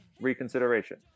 reconsideration